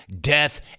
death